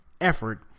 effort